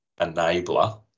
enabler